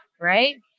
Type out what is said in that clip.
Right